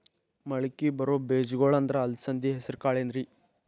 ಮಳಕಿ ಬರೋ ಬೇಜಗೊಳ್ ಅಂದ್ರ ಅಲಸಂಧಿ, ಹೆಸರ್ ಕಾಳ್ ಏನ್ರಿ?